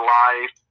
life